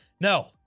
no